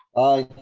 i.